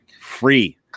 free